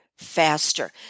faster